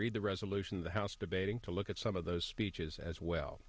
read the resolution the house debating to look at some of those speeches as well